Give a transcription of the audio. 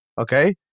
okay